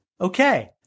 okay